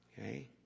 Okay